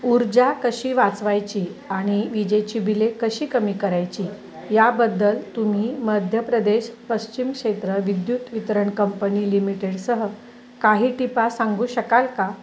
ऊर्जा कशी वाचवायची आणि विजेची बिले कशी कमी करायची याबद्दल तुम्ही मध्य प्रदेश पश्चिम क्षेत्र विद्युत वितरण कंपनी लिमिटेड सह काही टिपा सांगू शकाल का